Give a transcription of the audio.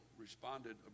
responded